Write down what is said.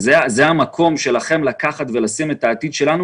זה המקום שלכם לשים את העתיד שלנו,